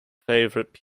favourite